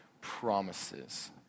promises